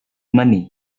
money